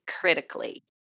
critically